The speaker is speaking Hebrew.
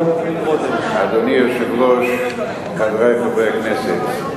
אדוני היושב-ראש, חברי חברי הכנסת,